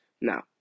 Now